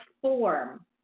form